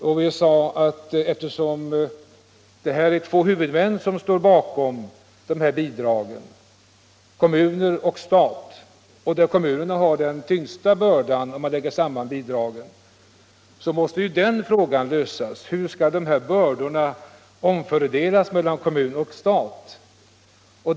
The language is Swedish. Eftersom dessa bidrag utgår från två olika håll — från staten och från kommunerna; kommunerna har den tyngsta bördan för de sammanlagda bidragen — ansåg vi att man först måste lösa frågan hur bördorna skall kunna omfördelas mellan kommunerna och staten.